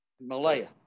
Malaya